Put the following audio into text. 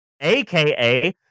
aka